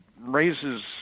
raises